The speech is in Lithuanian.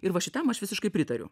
ir va šitam aš visiškai pritariu